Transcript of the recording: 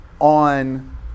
on